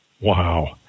Wow